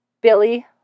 Billy